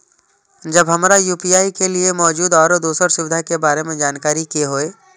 जब हमरा यू.पी.आई के लिये मौजूद आरो दोसर सुविधा के बारे में जाने के होय?